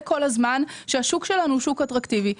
כל הזמן שהשוק שלנו הוא שוק אטרקטיבי.